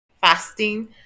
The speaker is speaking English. fasting